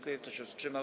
Kto się wstrzymał?